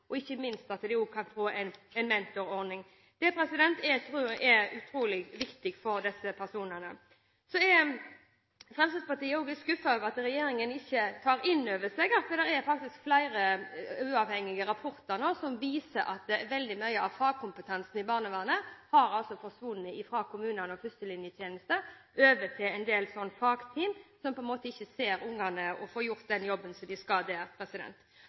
en mentorordning. Det tror jeg er utrolig viktig for disse personene. Så er Fremskrittspartiet også litt skuffet over at regjeringen ikke tar inn over seg at det faktisk er flere uavhengige rapporter nå som viser at veldig mye av fagkompetansen i barnevernet har forsvunnet fra kommunene og førstelinjetjenesten og over til en del fagteam, som ikke ser ungene, og de får heller ikke gjort den jobben de skal. Det